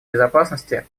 безопасности